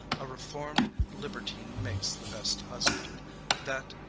a reformed libertine makes the best husband that,